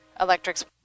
Electrics